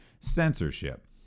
censorship